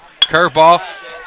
Curveball